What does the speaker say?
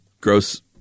gross